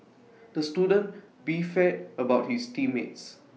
the student beefed about his team mates